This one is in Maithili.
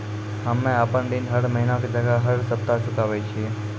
हम्मे आपन ऋण हर महीना के जगह हर सप्ताह चुकाबै छिये